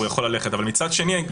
מצד שני,